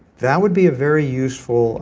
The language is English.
that would be a very useful